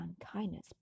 unkindness